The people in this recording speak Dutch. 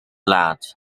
laat